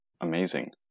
Amazing